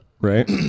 right